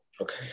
Okay